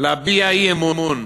להביע אי-אמון,